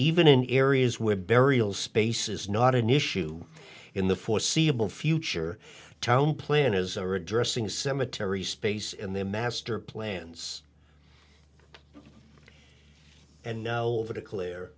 even in areas where burials space is not an issue in the foreseeable future town planners are addressing cemetery space and their master plans and now that eclair